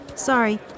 Sorry